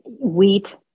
wheat